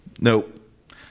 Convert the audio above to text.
Nope